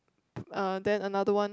uh then another one